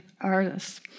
artists